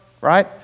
right